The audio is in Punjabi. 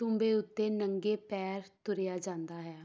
ਤੂੰਬੇ ਉੱਤੇ ਨੰਗੇ ਪੈਰ ਤੁਰਿਆ ਜਾਂਦਾ ਹੈ